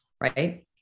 right